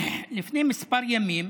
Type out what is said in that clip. לפני ימים